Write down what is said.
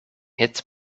hit